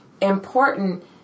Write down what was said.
important